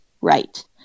Right